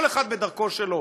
כל אחד בדרכו שלו.